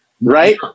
right